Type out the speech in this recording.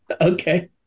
Okay